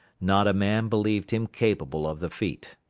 not a man believed him capable of the feat.